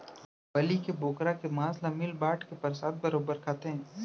बलि के बोकरा के मांस ल मिल बांट के परसाद बरोबर खाथें